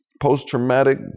post-traumatic